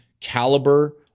caliber